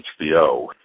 HBO